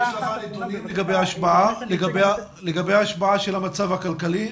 יש לך נתונים לגבי ההשפעה של המצב הכלכלי?